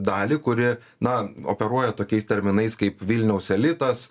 dalį kuri na operuoja tokiais terminais kaip vilniaus elitas